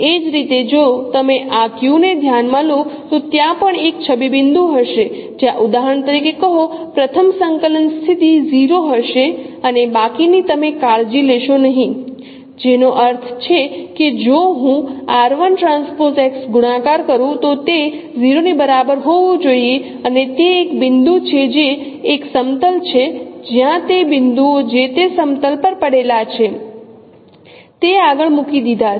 એ જ રીતે જો તમે આ q ને ધ્યાનમાં લો તો ત્યાં પણ એક છબી બિંદુ હશે જ્યાં ઉદાહરણ તરીકે કહો પ્રથમ સંકલન સ્થિતિ 0 હશે અને બાકીની તમે કાળજી લેશો નહીં જેનો અર્થ છે કે જો હું ગુણાકાર કરું તો તે 0 ની બરાબર હોવું જોઈએ અને તે એક બિંદુ છે જે એક સમતલ છે જ્યાં તે બિંદુઓ જે તે સમતલ પર પડેલા છે તે આગળ મૂકી દીધા છે